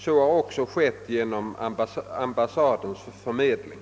Så har också skett genom ambassadens förmedling.